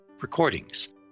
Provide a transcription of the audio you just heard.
recordings